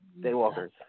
Daywalkers